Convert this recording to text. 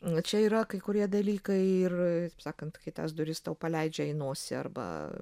na čia yra kai kurie dalykai ir taip sakant kai tas duris tau paleidžia į nosį arba